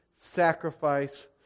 sacrifice